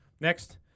Next